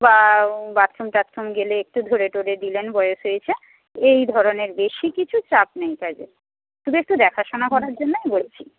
বা বাথরুম টাথরুম গেলে একটু ধরে টরে দিলেন বয়স হয়েছে এই ধরনের বেশি কিছু চাপ নেই তাদের শুধু একটু দেখাশোনা করার জন্যই বলছি